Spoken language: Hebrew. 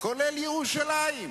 כולל ירושלים.